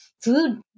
food